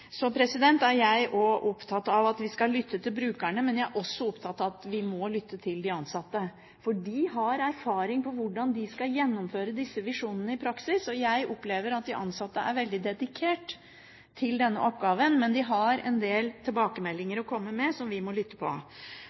Så er jeg også opptatt av at vi skal lytte til brukerne, men jeg er også opptatt av at vi må lytte til de ansatte, for de har erfaring med hvordan de skal gjennomføre disse visjonene i praksis. Jeg opplever at de ansatte er veldig dedikert til denne oppgaven, men at de har en del tilbakemeldinger å komme med som vi må lytte